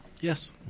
Yes